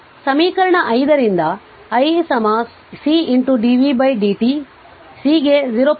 ಸಮೀಕರಣ 5 ರಿಂದ i C dvdt C ಗೆ 0